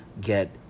get